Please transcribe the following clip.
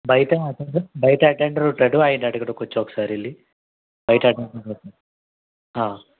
బయట అటెండర్ బయట అటెండర్ ఉంటాడు ఆయన్ని అడగండి కొంచెం ఒకసారి వెళ్ళి బయట అటెండర్